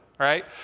right